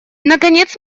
наконец